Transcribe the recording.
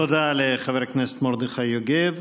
תודה לחבר הכנסת מרדכי יוגב.